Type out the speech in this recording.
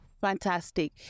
Fantastic